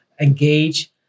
engage